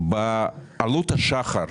ב"עלות השחר"